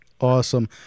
Awesome